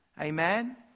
Amen